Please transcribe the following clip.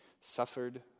suffered